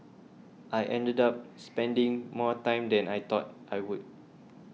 I ended up spending more time than I thought I would